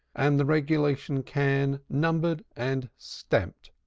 and the regulation can, numbered and stamped,